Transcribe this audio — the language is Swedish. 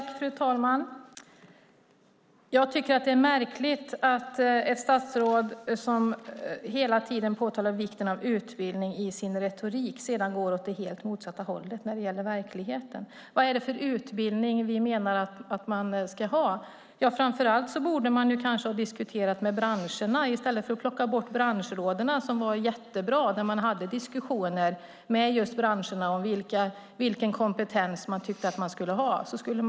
Fru talman! Jag tycker att det är märkligt att ett statsråd som hela tiden påtalar vikten av utbildning i sin retorik sedan går åt det helt motsatta hållet när det gäller verkligheten. Vad är det för utbildning vi menar att man ska ha? Framför allt borde man kanske ha diskuterat med branscherna i stället för att plocka bort branschråden. De var jättebra. Det fördes diskussioner med just branscherna om vilken kompetens de tyckte att arbetstagarna skulle ha.